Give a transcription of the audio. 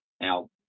Now